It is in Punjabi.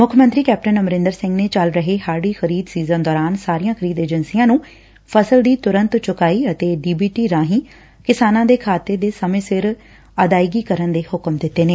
ਮੁੱਖ ਮੰਤਰੀ ਕੈਪਟਨ ਅਮਰਿੰਦਰ ਸਿੰਘ ਨੇ ਚੱਲ ਰਹੇ ਹਾਤੀ ਖਰੀਦ ਸੀਜ਼ਨ ਦੌਰਾਨ ਸਾਰੀਆਂ ਖਰੀਦ ਏਜੰਸੀਆਂ ਨੂੰ ਫਸਲ ਦੀ ਤੁਰੰਤ ਚੁਕਾਈ ਅਤੇ ਡੀ ਬੀ ਟੀ ਰਾਹੀਂ ਕਿਸਾਨਾਂ ਦੇ ਖਾਤੇ ਚ ਸਮੇਂ ਸਿਰ ਅਦਾਇਗੀ ਕਰਨ ਦੇ ਹੁਕਮ ਦਿਂਤੇ ਨੇ